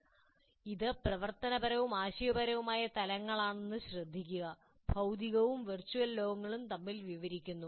" ഇത് പ്രവർത്തനപരവും ആശയപരവുമായ തലങ്ങളാണെന്നത് ശ്രദ്ധിക്കുക ഭൌതികവും വെർച്വൽ ലോകങ്ങളും തമ്മിൽ വിവരിക്കുന്നു